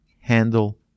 handle